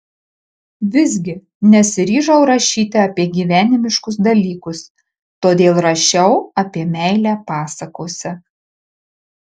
visgi nesiryžau rašyti apie gyvenimiškus dalykus todėl rašiau apie meilę pasakose